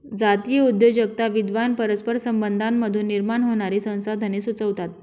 जातीय उद्योजकता विद्वान परस्पर संबंधांमधून निर्माण होणारी संसाधने सुचवतात